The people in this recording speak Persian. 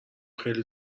خیلی